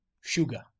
sugar